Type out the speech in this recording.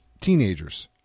teenagers